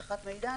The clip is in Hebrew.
אבטחת מידע,